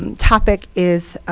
and topic is